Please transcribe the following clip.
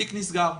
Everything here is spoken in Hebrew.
התיק נסגר.